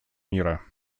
мира